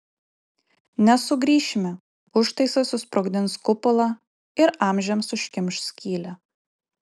nesugrįšime užtaisas susprogdins kupolą ir amžiams užkimš skylę